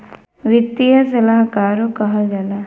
वित्तीय सलाहकारो कहल जाला